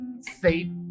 safe